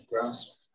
grass